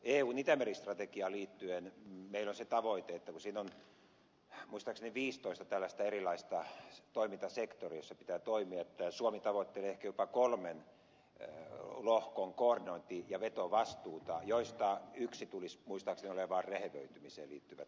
eun itämeri strategiaan liittyen meillä on se tavoite kun siinä on muistaakseni viisitoista tällaista erilaista toimintasektoria joissa pitää toimia että suomi tavoittelee ehkä jopa kolmen lohkon koordinointi ja vetovastuuta joista yksi tulisi muistaakseni olemaan rehevöitymiseen liittyvät kysymykset